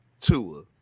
Tua